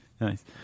Nice